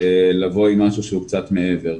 לבוא עם משהו שהוא קצת מעבר,